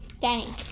Danny